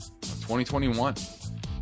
2021